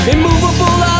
Immovable